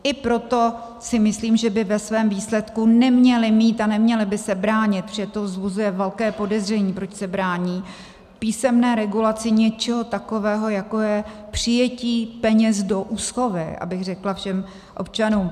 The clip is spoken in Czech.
I proto si myslím, že by ve svém výsledku neměly mít a neměly by se bránit, protože to vzbuzuje velké podezření, proč se brání písemné regulaci něčeho takového, jako je přijetí peněz do úschovy, abych řekla všem občanům.